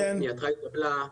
מעבר לפנייתך התקבלה,